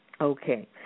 Okay